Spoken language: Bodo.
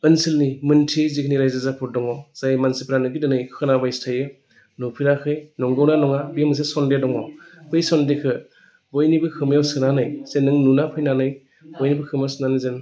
ओनसोलनि मिन्थियै जिखिनि रायजोफोर दङ जायफोर मानसिफोरानो बे दिनै खोनाबायसो थायो नुफेराखै नंगौ ना नङा बे मोनसे सन्देह दङ बै सन्देहखौ बयनिबो खोमायाव सोनानै जे नों नुना फैनानै बयबो खोनासंनानै जेन